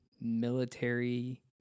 military